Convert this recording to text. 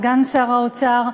סגן שר האוצר,